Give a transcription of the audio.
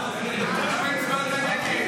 הצבעת נגד?